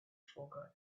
forgotten